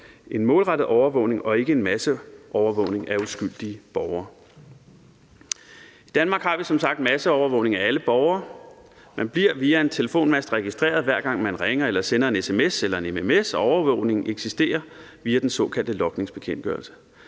en målrettet overvågning, og ikke en masseovervågning af uskyldige borgere. I Danmark har vi som sagt masseovervågning af alle borgere. Man bliver via en telefonmast registreret, hver gang man ringer eller sender en sms eller en mms, og overvågningen eksisterer via den såkaldte logningsbekendtgørelse.